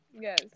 Yes